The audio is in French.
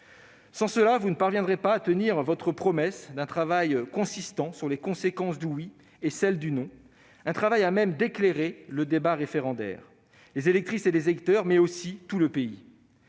Sans cela, vous ne parviendrez pas à tenir votre promesse d'un travail consistant sur les conséquences du oui et celles du non, un travail à même d'éclairer le débat référendaire, les électrices et les électeurs, mais aussi tout le pays.